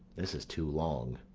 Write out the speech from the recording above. this is too long.